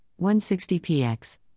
160px